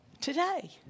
Today